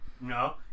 No